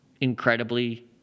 incredibly